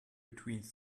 between